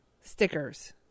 stickers